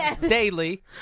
daily